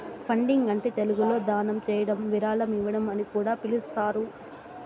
funding అంటే తెలుగులో దానం చేయడం విరాళం ఇవ్వడం అని కూడా పిలుస్తారు